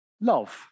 love